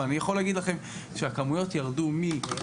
אבל אני יכול להגיד לכם שהכמויות ירדו מ-904,000